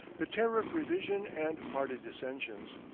the tariff revision and party dissensions.